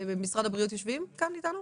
משרד הבריאות יושבים כאן איתנו?